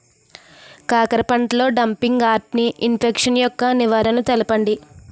కాకర పంటలో డంపింగ్ఆఫ్ని ఇన్ఫెక్షన్ యెక్క నివారణలు తెలపండి?